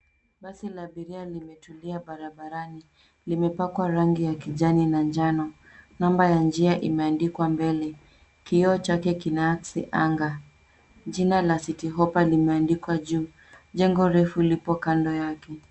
Basi la abiria limetulia barabarani, limepakwa rangi ya kijani na njano. Namba ya njia imeandikwa mbele. Kioo chake kinaakisi anga. Jina la Citi hoppa limeandikwa juu. Jengo refu lipo kando yake.